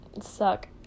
suck